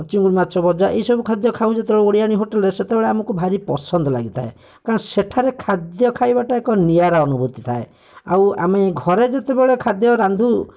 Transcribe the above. ଚୂନା ମାଛ ଭଜା ଏହି ସବୁ ଖାଦ୍ୟ ଖାଉ ଯେତେବେଳେ ଓଡ଼ିଆଣି ହୋଟେଲରେ ସେତେବେଳେ ଆମକୁ ଭାରି ପସନ୍ଦ ଲାଗିଥାଏ କାରଣ ସେଠାରେ ଖାଦ୍ୟ ଖାଇବାଟା ଏକ ନିଆରା ଅନୁଭୂତି ଥାଏ ଆଉ ଆମେ ଘରେ ଯେତେବେଳେ ଖାଦ୍ୟ ରାନ୍ଧୁ